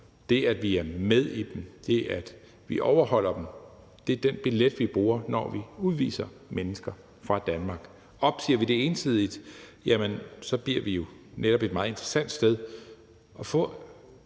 Det, at vi er med i dem, og det, at vi overholder dem, er den billet, vi bruger, når vi udviser mennesker fra Danmark. Opsiger vi det ensidigt, bliver vi jo netop et meget interessant sted at